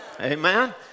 Amen